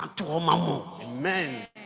Amen